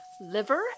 Liver